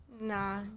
nah